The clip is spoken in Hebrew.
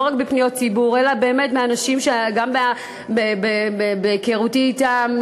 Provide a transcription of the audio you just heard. לא רק בפניות ציבור אלא באמת באנשים שגם בהיכרותי אתם,